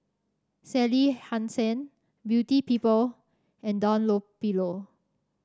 Sally Hansen Beauty People and Dunlopillo